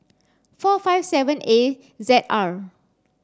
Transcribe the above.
four five seven A Z R